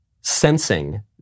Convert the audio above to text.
sensing